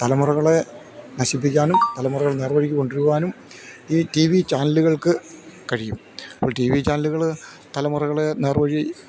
തലമുറകളെ നശിപ്പിക്കാനും തലമുറകളെ നേർവഴിക്ക് കൊണ്ടുവരുവാനും ഈ ടി വി ചാനലുകൾക്ക് കഴിയും അപ്പോൾ ടി വി ചാനലുകള് തലമുറകളെ നേർവഴിയില്